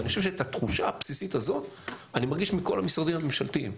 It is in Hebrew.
ואני חושב שאת התחושה הבסיסית הזאת אני מרגיש מכל המשרדים הממשלתיים.